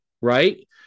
right